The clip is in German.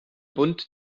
bund